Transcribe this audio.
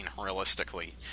realistically